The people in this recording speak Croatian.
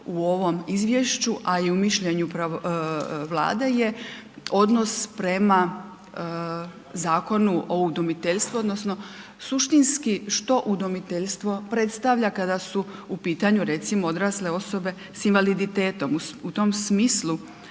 u ovom izvješću a i u mišljenju Vlade je odnos prema Zakonu o udomiteljstvu odnosno suštinski što udomiteljstvo predstavlja kada su u pitanju recimo odrasle osobe sa invaliditetom, u tom smislu